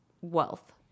wealth